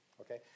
okay